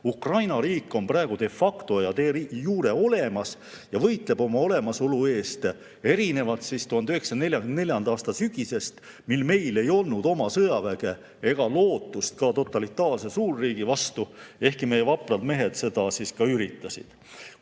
Ukraina riik on praegude factojade jureolemas ja võitleb oma olemasolu eest, erinevalt 1944. aasta sügisest, mil meil ei olnud oma sõjaväge ega lootust ka totalitaarse suurriigi vastu, ehkki meie vaprad mehed seda üritasid.